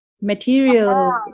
material